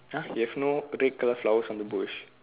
!huh! you have no red colour flowers on the bush